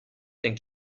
denn